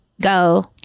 go